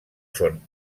són